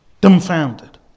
Dumbfounded